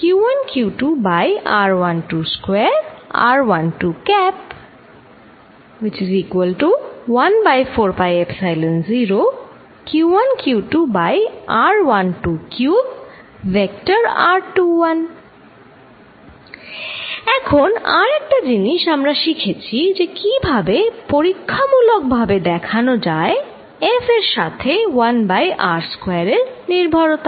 এখন আর একটা জিনিস আমরা শিখেছি যে কিভাবে পরীক্ষামূলক ভাবে দেখানো যায় F এর সাথে 1 বাই r স্কোয়ার এর নির্ভরতা